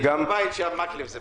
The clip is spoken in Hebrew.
הייתי